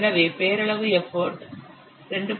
எனவே பெயரளவு எப்போட் 2